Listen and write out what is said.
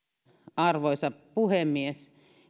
arvoisa puhemies